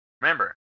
remember